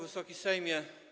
Wysoki Sejmie!